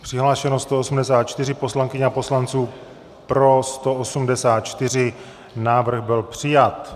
Přihlášeno 184 poslankyň a poslanců, pro 184, návrh byl přijat.